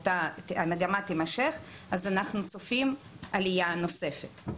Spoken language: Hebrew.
אז אנחנו צופים עלייה נוספת.